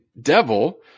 devil